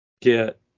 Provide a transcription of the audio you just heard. get